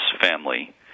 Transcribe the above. family